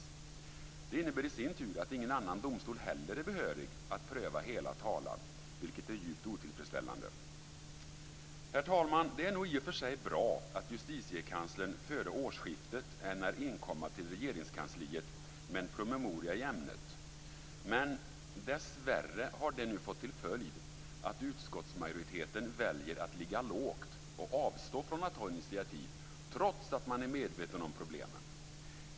Det innebär i sin tur att ingen annan domstol heller är behörig att pröva hela talan, vilket är djupt otillfredsställande. Herr talman! Det är i och för sig bra att Justitiekanslern före årsskiftet ämnar inkomma till Regeringskansliet med en promemoria i ämnet. Men dessvärre har det nu fått till följd att utskottsmajoriteten väljer att ligga lågt och avstå från att ta initiativ, trots att man är medveten om problemen.